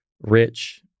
rich